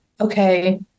okay